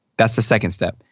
that's the second step.